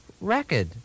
record